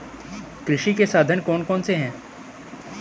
कृषि के साधन कौन कौन से हैं?